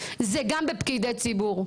זה גם בפקידי ציבור.